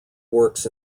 works